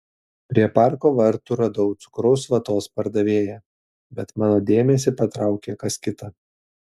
prie parko vartų radau cukraus vatos pardavėją bet mano dėmesį patraukė kas kita